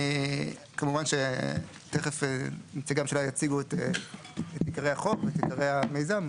כמובן שתיכף נציגי הממשלה יציגו את עיקרי החוק ואת עיקרי המיזם,